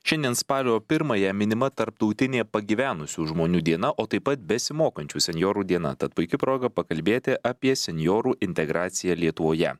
šiandien spalio pirmąją minima tarptautinė pagyvenusių žmonių diena o taip pat besimokančių senjorų diena tad puiki proga pakalbėti apie senjorų integraciją lietuvoje